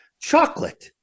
Chocolate